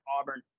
Auburn